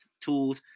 tools